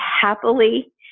happily